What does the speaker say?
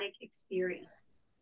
experience